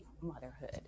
motherhood